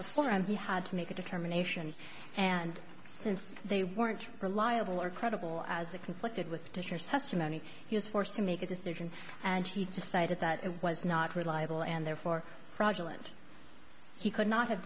before him he had to make a determination and since they weren't reliable or credible as a conflicted with to share such a many he was forced to make a decision and he decided that it was not reliable and therefore fraudulent he could not have